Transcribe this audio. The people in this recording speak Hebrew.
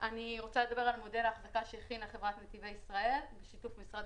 אני רוצה לדבר על מודל האחזקה שהכינה חברת נתיבי ישראל בשיתוף משרד